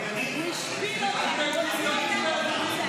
אותנו בלי שתפצה פה בכלל.